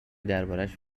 دربارش